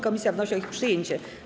Komisja wnosi o ich przyjęcie.